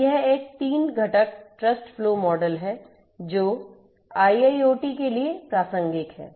तो यह एक 3 घटक ट्रस्ट फ्लो मॉडल है जो IIoT के लिए प्रासंगिक है